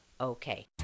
okay